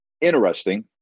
interesting